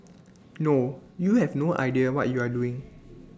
no you have no idea what you are doing